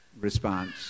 response